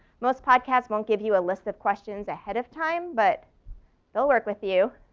most podcasts won't give you a list of questions ahead of time, but they'll work with you.